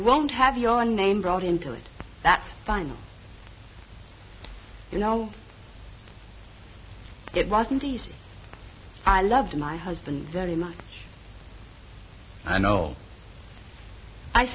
won't have your name brought into it that's fine you know it wasn't easy i loved my husband very much i know i